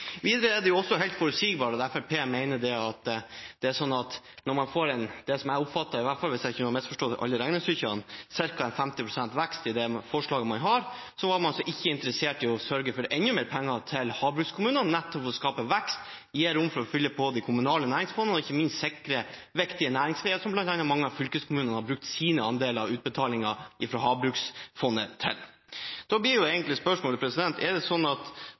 Videre er det også helt forutsigbart at Fremskrittspartiet mener det er sånn at når man får det som jeg oppfatter er – i hvert fall hvis jeg ikke har misforstått alle regnestykkene – ca. 50 pst. vekst i det forslaget man har, er man altså ikke interessert i å sørge for enda mer penger til havbrukskommunene nettopp for å skape vekst, gi rom for å fylle på de kommunale næringsfondene og ikke minst sikre viktige næringsveier, som bl.a. mange av fylkeskommunene har brukt sine andeler av utbetalingen fra havbruksfondet til. Da blir egentlig spørsmålet: Er det sånn at